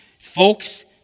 Folks